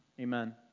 Amen